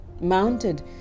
mounted